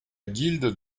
guilde